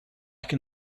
can